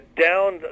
down